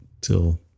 till